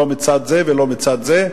לא מצד זה ולא מצד זה,